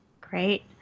great